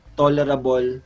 tolerable